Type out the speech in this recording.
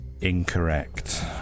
Incorrect